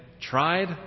tried